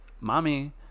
mommy